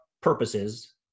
purposes